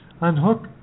unhook